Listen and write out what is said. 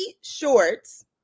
shorts